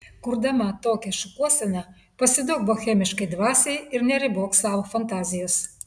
kurdama tokią šukuoseną pasiduok bohemiškai dvasiai ir neribok savo fantazijos